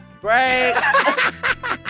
Break